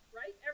right